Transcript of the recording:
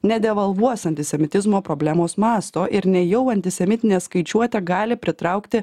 nedevalvuos antisemitizmo problemos masto ir nejau antisemitinė skaičiuotė gali pritraukti